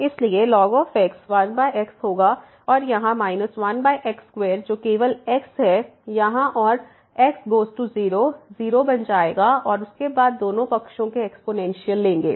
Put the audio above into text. इसलिए ln x 1 x होगा और यहाँ 1 x2 जो केवल x है यहाँ और x गोज़ टू 0 0 बन जाएगा और उसके बाद दोनों पक्षों के एक्स्पोनेंशियल लेंगे